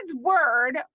word